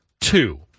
two